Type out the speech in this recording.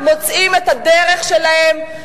לא מוצאים את הדרך שלהם,